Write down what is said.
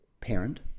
parent